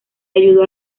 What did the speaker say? ayudó